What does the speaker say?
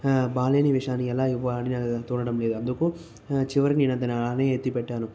బాగలేని విషయాన్ని ఎలా ఇవ్వాలని చూడడం లేదు అందుకు చివరికి అది అలాగే ఎత్తి పెట్టాను